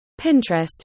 Pinterest